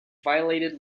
violated